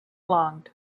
longed